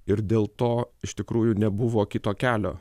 ir dėl to iš tikrųjų nebuvo kito kelio